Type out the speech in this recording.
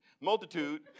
multitude